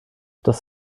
das